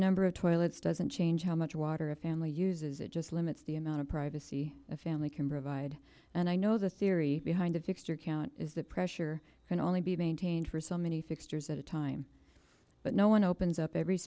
number of toilets doesn't change how much water a family uses it just limits the amount of privacy a family can provide and i know the theory behind the fixture count is that pressure can only be maintained for so many fixtures at a time but no one opens up every